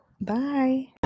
bye